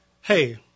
hey